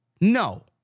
No